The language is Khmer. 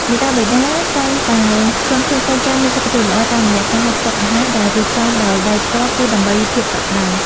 មាតាបិតាតែងតែចង់ឃើញកូនចៅមានសុខភាពល្អតាមរយៈការហូបចុកអាហារដែលរៀបចំដោយដៃផ្ទាល់ គឺ ដើម្បីភាពកក់ក្ដៅ។